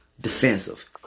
Defensive